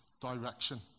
direction